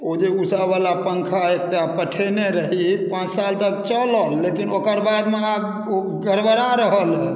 ओ जे ऊषा बला पँखा एकटा पठेने रही पाँच साल तक चलल लेकिन ओकर बादमे आब ओ गड़बड़ा रहल है